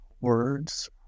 words